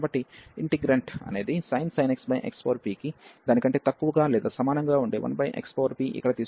కాబట్టిఇంటిగ్రంట్ అనేది sin x xp కి దానికంటే తక్కువగా లేదా సమానంగా ఉండే 1xp ఇక్కడ తీసుకున్నాము